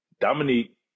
Dominique